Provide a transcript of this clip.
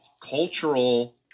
cultural